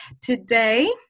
Today